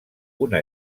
una